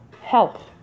health